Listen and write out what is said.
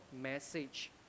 message